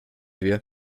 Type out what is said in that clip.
wir